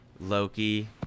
Loki